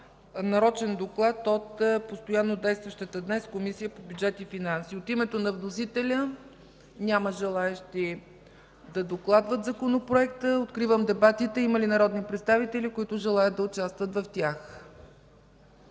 нарочен доклад от постоянно действащата днес Комисия по бюджет и финанси. От името на вносителя? Няма желаещи да докладват законопроекта. Откривам дебатите. Има ли народни представители, които желаят да участват в тях?